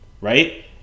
right